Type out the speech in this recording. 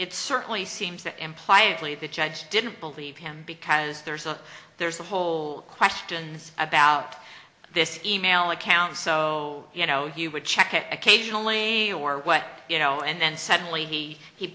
it certainly seems to imply a plea the judge didn't believe him because there's a there's a whole questions about this e mail account so you know you would check it occasionally or what you know and then suddenly he he